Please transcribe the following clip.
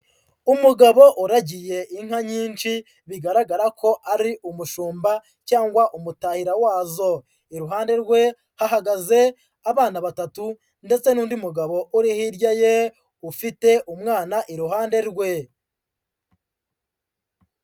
Umugabo uragiye inka nyinshi, bigaragara ko ari umushumba cyangwa umutahira wazo, iruhande rwe hahagaze abana batatu ndetse n'undi mugabo uri hirya ye ufite umwana iruhande rwe.